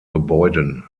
gebäuden